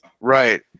Right